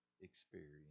experience